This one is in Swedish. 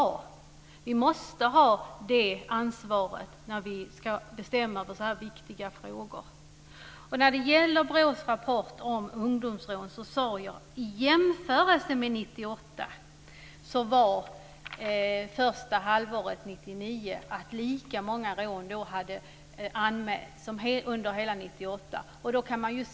Vi måste ta det ansvaret när vi ska bestämma om så här viktiga frågor. När det gäller BRÅ:s rapport om ungdomsrån sade jag att lika många rån hade anmälts under första halvåret 1999 som under hela 1998.